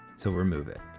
so remove it.